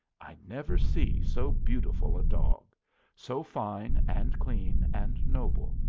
i never see so beautiful a dog so fine and clean and noble,